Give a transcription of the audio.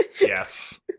Yes